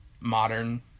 modern